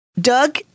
Doug